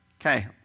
Okay